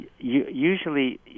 usually